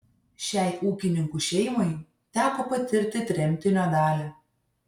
šiai ūkininkų šeimai teko patirti tremtinio dalią